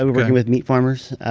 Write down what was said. working with meat farmers,